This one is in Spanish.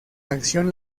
acción